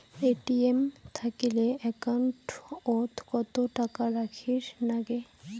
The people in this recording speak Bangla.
এ.টি.এম থাকিলে একাউন্ট ওত কত টাকা রাখীর নাগে?